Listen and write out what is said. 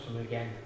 again